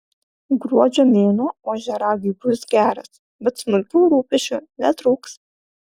gruodžio mėnuo ožiaragiui bus geras bet smulkių rūpesčių netrūks